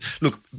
look